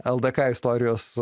ldk istorijos